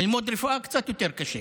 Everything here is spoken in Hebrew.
ללמוד רפואה קצת יותר קשה,